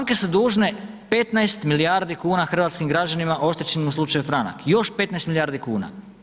Banke su dužne 15 milijardi kuna hrvatskim građanima oštećenima u slučaju Franak, još 15 milijardi kuna.